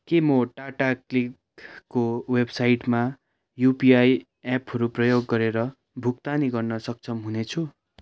के म टाटा क्लिकको वेबसाइटमा युपिआई एपहरू प्रयोग गरेर भुक्तानी गर्न सक्षम हुनेछु